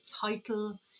title